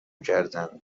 کردن